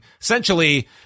essentially